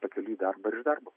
pakeliui į darbą ir iš darbo